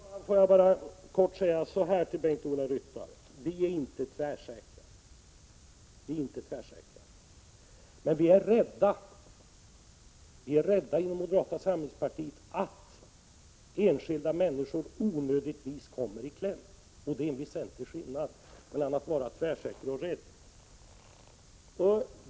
Herr talman! Jag vill bara kort säga till Bengt-Ola Ryttar: Vi är inte tvärsäkra inom moderata samlingspartiet, men vi är rädda för att enskilda människor onödigtvis kommer i kläm. Det är en väsentlig skillnad mellan att vara tvärsäker och att vara rädd.